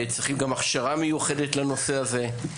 גם צריכים הכשרה מיוחדת לנושא הזה.